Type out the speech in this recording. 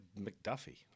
mcduffie